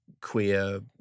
queer